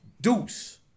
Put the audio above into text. Deuce